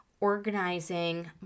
organizing